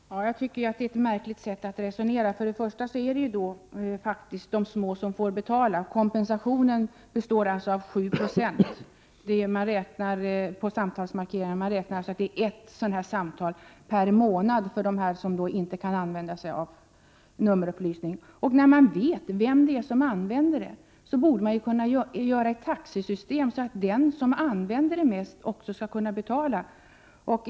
Herr talman! Jag tycker det är ett märkligt sätt att resonera. Först och främst är det faktiskt de små som får betala. ”Kompensationen” består av 7 Jo på samtalsmarkeringarna. Man räknar alltså med ett sådant samtal per månad för dem som endast kan använda sig av nummerupplysningen. När man vet vem det är som använder den, borde man kunna utforma ett taxesystem så att den som använder det mest också skall kunna betala.